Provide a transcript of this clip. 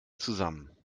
zusammen